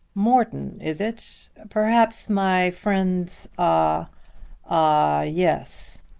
morton, is it perhaps my friend's ah ah yes.